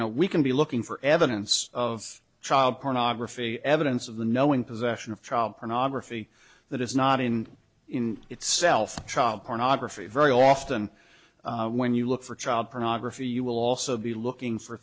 know we can be looking for evidence of child pornography evidence of the knowing possession of child pornography that is not in in itself child pornography very often when you look for child pornography you will also be looking for